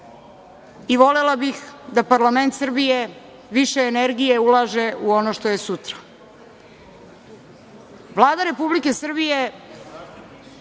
Volela bih da parlament Srbije više energije ulaže u ono što je sutra. Vlada Republike Srbije